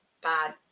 bad